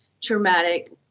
traumatic